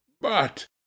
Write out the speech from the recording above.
But